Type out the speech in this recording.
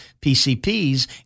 PCPs